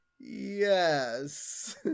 yes